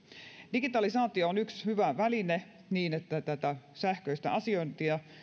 digitalisaatio on yksi hyvä väline siihen että tätä sähköistä asiointia